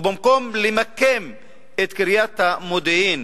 במקום למקם את קריית המודיעין